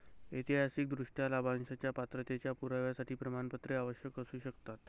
ऐतिहासिकदृष्ट्या, लाभांशाच्या पात्रतेच्या पुराव्यासाठी प्रमाणपत्रे आवश्यक असू शकतात